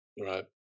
Right